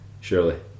surely